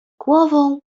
głową